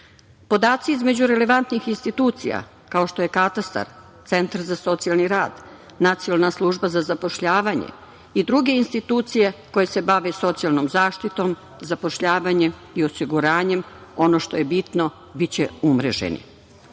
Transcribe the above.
između relevantnih institucija kao što je katastar, centar za socijalni rad, Nacionalna služba za zapošljavanje i druge institucije koje se bave socijalnom zaštitom, zapošljavanjem i osiguranjem, ono što je bitno biće umreženi.